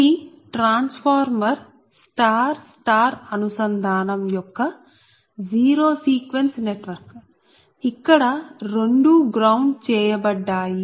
ఇది transformer star star అనుసంధానం యొక్క జీరో సీక్వెన్స్ నెట్వర్క్ ఇక్కడ రెండూ గ్రౌండ్ చేయబడ్డాయి